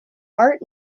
art